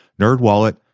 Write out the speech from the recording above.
NerdWallet